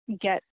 get